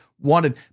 wanted